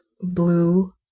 blue